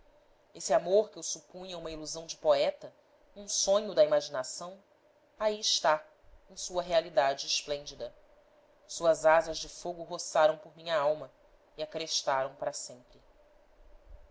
esse amor que eu supunha uma ilusão de poeta um sonho da imaginação aí está em sua realidade esplêndida suas asas de fogo roçaram por minha alma e a crestaram para sempre